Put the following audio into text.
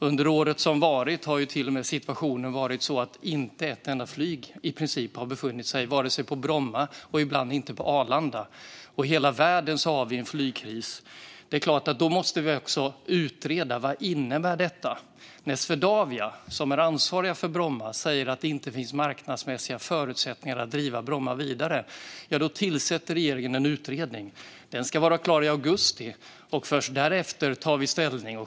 Under året som har gått har situationen till och med varit så att i princip inte ett enda flyg har befunnit sig på Bromma och ibland inte heller på Arlanda. I hela världen har vi en flygkris. Då är det klart att vi måste utreda detta och se efter vad det innebär. När Swedavia, som är ansvarigt för Bromma, säger att det inte finns marknadsmässiga förutsättningar att driva Bromma vidare tillsätter regeringen en utredning. Den ska vara klar i augusti, och först därefter tar vi ställning.